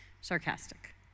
sarcastic